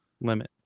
limit